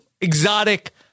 exotic